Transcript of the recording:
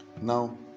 now